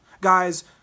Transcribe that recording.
Guys